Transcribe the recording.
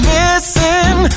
missing